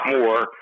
more